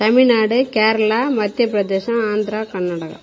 Tamil Nadu Kerala Madhya Pradesh Andhra Karnataka